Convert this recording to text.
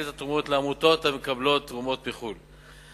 את התרומות לעמותות המקבלות תרומות מחוץ-לארץ.